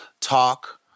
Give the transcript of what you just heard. talk